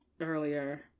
earlier